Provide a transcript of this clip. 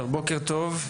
בוקר טוב,